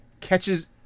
Catches